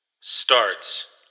starts